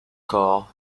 corps